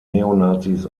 neonazis